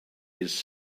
his